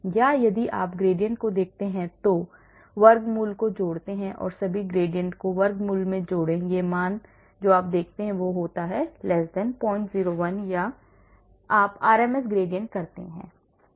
या यदि आप ग्रेडिएंट को देखते हैं तो वर्गमूल को जोड़ते हैं सभी ग्रेडिएंट को वर्गमूल में जोड़ें यह मान जो आप देखते हैं कि 01 है या आप RMS ग्रेडिएंट करते हैं